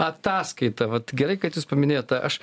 ataskaita vat gerai kad jūs paminėjot ta aš